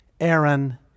Aaron